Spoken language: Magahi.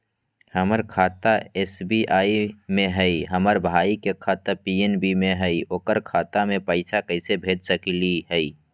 हमर खाता एस.बी.आई में हई, हमर भाई के खाता पी.एन.बी में हई, ओकर खाता में पैसा कैसे भेज सकली हई?